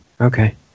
okay